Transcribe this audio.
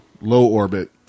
low-orbit